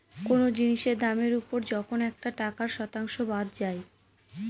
কোনো জিনিসের দামের ওপর যখন একটা টাকার শতাংশ বাদ যায়